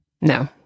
no